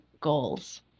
goals